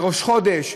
בראש חודש,